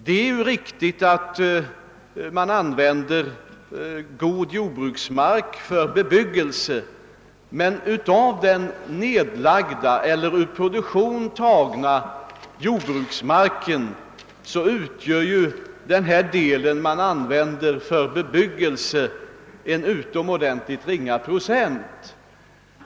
Det är riktigt att vi använder god jordbruksmark för bebyggelse, men av den nedlagda eller ur produktion tagna jordbruksmarken utgör den del som används för bebyggelse en mycket ringa procent.